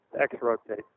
X-rotate